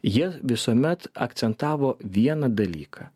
jie visuomet akcentavo vieną dalyką